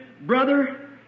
brother